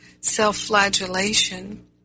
self-flagellation